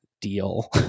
deal